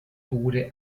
bude